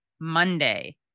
Monday